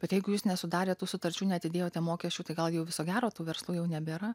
bet jeigu jūs nesudarėt tų sutarčių neatidėjote mokesčių tai gal jau viso gero tų verslų jau nebėra